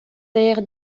teir